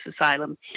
asylum